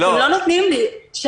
אתם לא נותנים לי להמשיך.